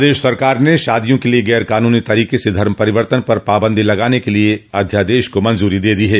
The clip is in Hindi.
प्रदेश सरकार ने शादियों के लिए गैर कानूनी तरीके से धर्म परिवर्तन पर पाबंदी लगान के लिए एक अध्यादेश को मंजूरी दे दी है